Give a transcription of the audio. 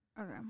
Okay